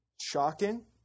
Shocking